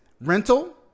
rental